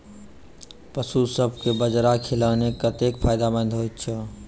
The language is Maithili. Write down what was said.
पशुसभ केँ बाजरा खिलानै कतेक फायदेमंद होइ छै?